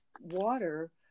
water